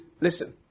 Listen